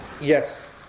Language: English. Yes